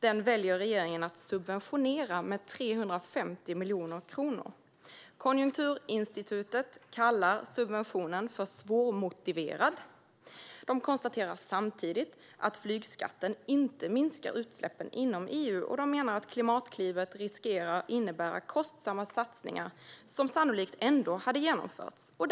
Den väljer regeringen att subventionera med 350 miljoner kronor. Konjunkturinstitutet kallar subventionen för svårmotiverad. De konstaterar samtidigt att flygskatter inte minskar utsläppen inom EU, och de menar att Klimatklivet riskerar att innebära kostsamma satsningar som sannolikt hade genomförts ändå.